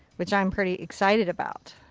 which i'm pretty excited about.